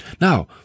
Now